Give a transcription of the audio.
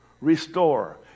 restore